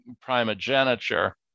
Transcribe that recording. primogeniture